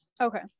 Okay